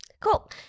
Cool